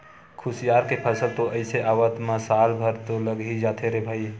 खुसियार के फसल तो अइसे आवत म साल भर तो लगे ही जाथे रे भई